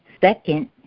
Second